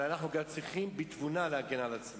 אבל אנחנו גם צריכים בתבונה להגן על עצמנו.